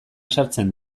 sartzen